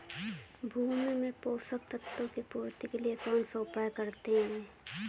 भूमि में पोषक तत्वों की पूर्ति के लिए कौनसा उपाय करते हैं?